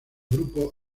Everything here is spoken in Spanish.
grupo